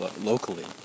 locally